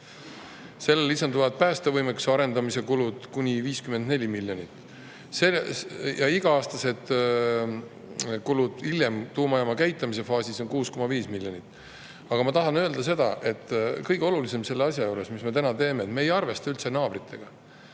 sellele lisanduvad päästevõimekuse arendamise kulud kuni 54 miljonit ja iga-aastased kulud hiljem, tuumajaama käitamise faasis on 6,5 miljonit. Aga ma tahan öelda seda – kõige olulisem selle asja juures, mis me täna teeme –, et me ei arvesta üldse naabritega.